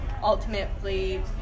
ultimately